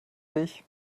dich